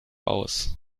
aus